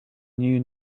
new